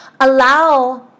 Allow